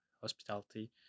hospitality